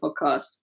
podcast